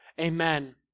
Amen